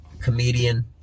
comedian